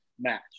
match